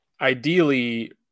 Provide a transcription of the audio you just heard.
ideally